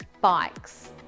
bikes